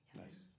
Nice